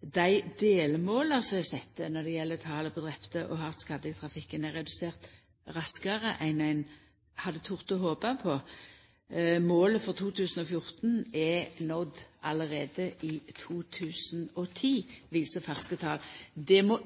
dei delmåla som er sette når det gjeld talet på drepne og hardt skadde i trafikken, er vorte nådde raskare enn ein hadde tort å håpa på. Målet for 2014 vart nådd allereie i 2010, viser ferske tal. Det må